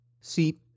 See